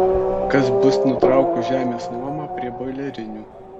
kas bus nutraukus žemės nuomą prie boilerinių